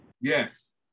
Yes